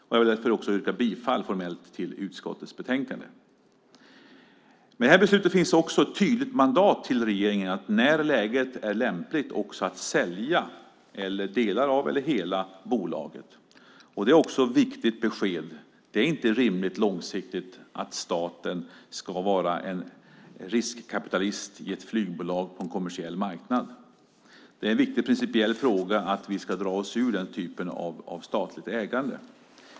Jag vill därför formellt yrka bifall till förslaget i utskottets betänkande. Med det här beslutet finns också ett tydligt mandat till regeringen att när läget är lämpligt sälja delar av eller hela bolaget. Det är ett viktigt besked. Det är inte långsiktigt rimligt att staten ska vara en riskkapitalist i ett flygbolag på en kommersiell marknad. Det är en viktig principiell fråga att vi ska dra oss ur den typen av statligt ägande.